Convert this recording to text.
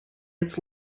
its